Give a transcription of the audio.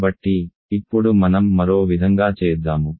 కాబట్టి ఇప్పుడు మనం మరో విధంగా చేద్దాము